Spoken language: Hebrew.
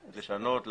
לשנות,